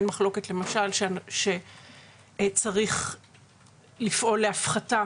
אין מחלוקת על כך שצריך לפעול להפחתה